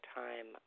time